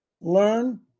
Learn